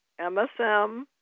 MSM